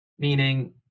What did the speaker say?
meaning